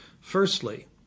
Firstly